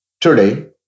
Today